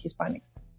Hispanics